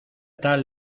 tal